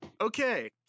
Okay